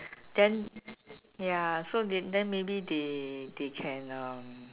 then ya so they then maybe they they can uh